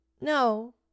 no